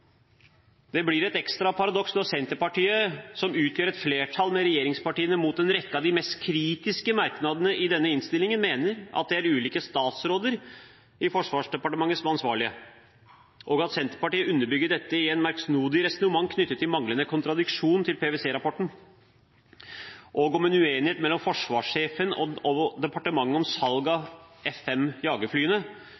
Det blir et ekstra paradoks når Senterpartiet, som utgjør et flertall med regjeringspartiene mot en rekke av de mest kritiske merknadene i denne innstillingen, mener at det er ulike statsråder i Forsvarsdepartementet som er de ansvarlige, og at Senterpartiet underbygger dette i et merksnodig resonnement knyttet til manglende kontradiksjon til PwC-rapporten, og om en uenighet mellom forsvarssjefen og departementet om salg av